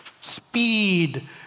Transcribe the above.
speed